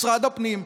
משרד הפנים,